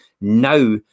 now